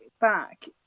back